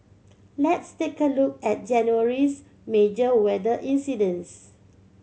let's take a look at January's major weather incidents